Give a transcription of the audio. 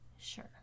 sure